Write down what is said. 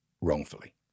wrongfully